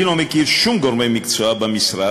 אני לא מכיר שום גורמי מקצוע במשרד,